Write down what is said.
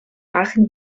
aachen